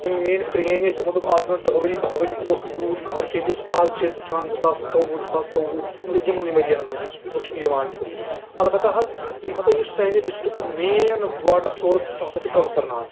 یِم میٲنۍ پرینۍ ٲسۍ تِمو دوٚپ آز برۄنٛہہ دہ ؤری باہ ؤری اوس نہٕ یوٗت کٔہر کیٚنٛہہ یُس آز چھِ أسۍ وُچھان زٕ ساس ترٛۆوُہ زٕ ساس ژۆوُہ مطلب یِمنٕے ؤرۍ ین منٛز یُس وُچھنہٕ یِوان چھُ اَلبتہ حظ یِم ہسا یُس سانہِ ڈسٹرکُک مین واٹر سورس چھُ سُہ ہسا چھُ کونٛسر ناگ